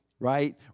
right